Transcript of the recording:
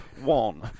one